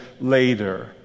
later